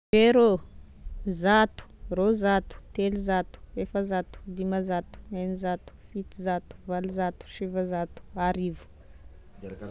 Zero, zato, roazato, telozato, efazato, dimanzato, eninzato, fitozato, valozato, sivazato, arivo